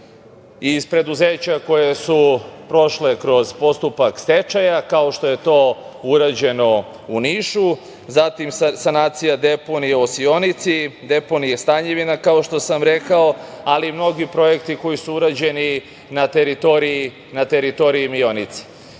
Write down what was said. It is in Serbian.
iz preduzeća koja su prošla kroz postupak stečaja, kao što je to urađeno u Nišu, zatim sanacija deponije u Osionici, deponije „Stanjevina“, kao što sam rekao, ali i mnogi projekti koji su urađeni na teritoriji Mionice. Da